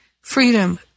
freedom